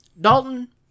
Dalton